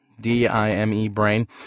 D-I-M-E-Brain